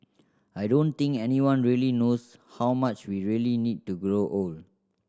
I don't think anyone really knows how much we really need to grow old